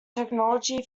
technology